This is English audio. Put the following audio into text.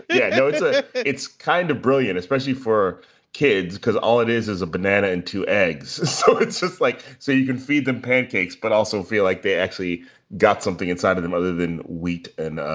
yeah so it's ah it's kind of brilliant, especially for kids, because all it is is a banana and two eggs. so it's just like, so you can feed them pancakes but also feel like they actually got something inside of them other than wheat and,